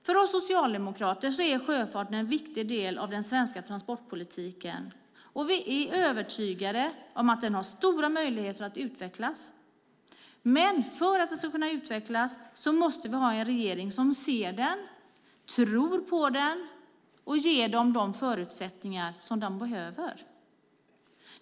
För oss socialdemokrater är sjöfarten en viktig del av den svenska transportpolitiken. Vi är övertygade om att den har stora möjligheter att utvecklas. För att sjöfarten ska utvecklas måste vi ha en regering som ser den, tror på den och ger den de förutsättningar den behöver.